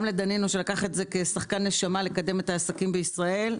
גם לדנינו שלקח את זה כשחקן נשמה לקדם את העסקים בישראל.